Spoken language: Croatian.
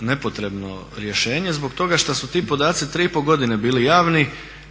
nepotrebno rješenje zbog toga što su ti podaci 3,5 godine bili javni,